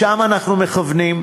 לשם אנחנו מכוונים,